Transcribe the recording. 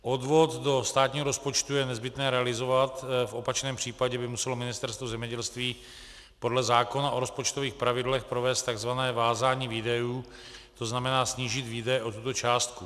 Odvod do státního rozpočtu je nezbytné realizovat, v opačném případě by muselo Ministerstvo zemědělství podle zákona o rozpočtových pravidlech provést tzv. vázání výdajů, tzn. snížit výdaje o tuto částku.